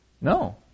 No